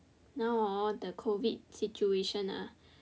now hor the covid situation ah